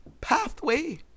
pathway